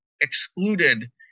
excluded